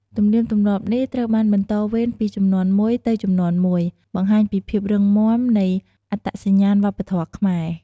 ទំនៀមទម្លាប់នេះត្រូវបានបន្តវេនពីជំនាន់មួយទៅជំនាន់មួយ បង្ហាញពីភាពរឹងមាំនៃអត្តសញ្ញាណវប្បធម៌ខ្មែរ។